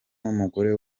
n’umugore